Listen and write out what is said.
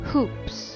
Hoops